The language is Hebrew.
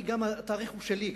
התאריך הוא גם שלי.